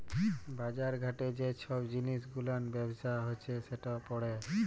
বাজার ঘাটে যে ছব জিলিস গুলার ব্যবসা হছে সেট পড়ে